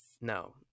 No